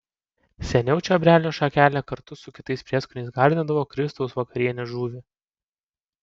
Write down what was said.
seniau čiobrelio šakele kartu su kitais prieskoniais gardindavo kristaus vakarienės žuvį